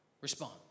respond